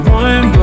one